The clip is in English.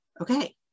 Okay